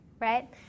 right